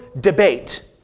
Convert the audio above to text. debate